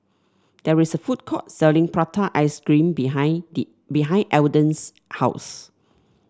there is a food court selling Prata Ice Cream behind behind Elden's house